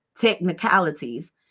Technicalities